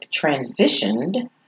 transitioned